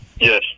Yes